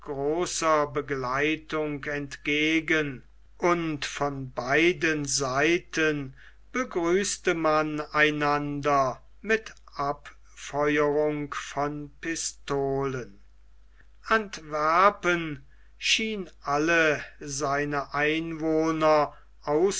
begleitung entgegen und von beiden seiten begrüßte man einander mit abfeuerung von pistolen antwerpen schien alle seine einwohner